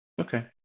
Okay